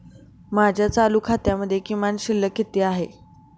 माझ्या चालू खात्यासाठी किमान शिल्लक किती आहे?